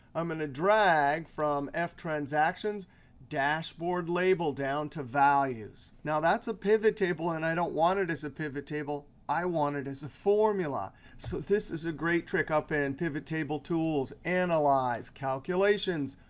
i'm going to drag from ftransactions dashboard label down to values. now, that's a pivot table, and i don't want it as a pivot table. i want it as a formula. so this is a great trick up in and pivot table tools, analyze, calculations,